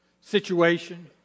situation